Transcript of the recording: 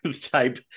type